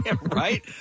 Right